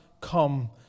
come